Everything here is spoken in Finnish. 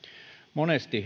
monesti